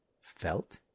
Felt